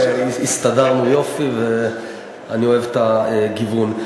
הסתדרנו יופי ואני אוהב את הגיוון.